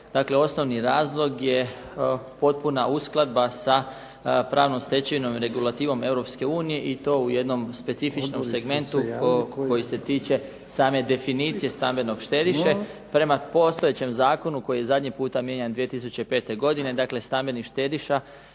osnovni razlog je potpuna uskladba sa pravnom stečevinom i regulativom Europske unije i to u jednom specifičnom segmentu koji se tiče same definicije stambenog štediše. Prema postojećem zakonu koji je zadnji puta mijenjan 2005. godine dakle stambeni štediša